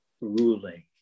ruling